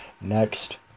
Next